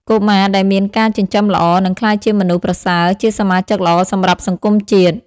កុមារដែលមានការចិញ្ចឹមល្អ នឹងក្លាយជាមនុស្សប្រសើរ ជាសមាជិកល្អសម្រាប់សង្គមជាតិ។